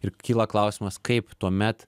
ir kyla klausimas kaip tuomet